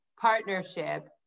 partnership